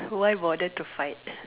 why bother to fight